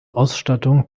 ausstattung